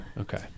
Okay